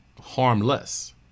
harmless